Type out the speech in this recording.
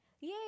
yay